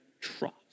trust